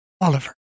Oliver